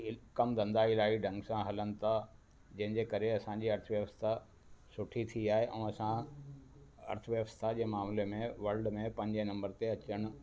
कमु धंधा इलाही ढंग सां हलनि था जंहिं जे करे असां जी अर्थव्यवस्था सुठी थी आहे ऐं असां अर्थव्यवस्था जे मामले में वर्ल्ड में पंजे नम्बर ते अचणु